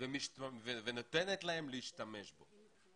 ונותנת להם להשתמש בו.